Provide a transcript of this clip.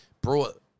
brought